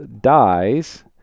dies